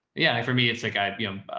yeah. for me, it's like, i mean um